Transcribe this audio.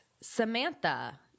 Samantha